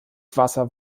wasser